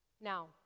Now